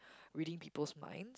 reading people's mind